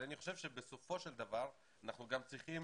אני חושב שבסופו של דבר אנחנו גם צריכים